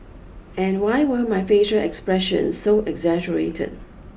and why were my facial expression so exaggerated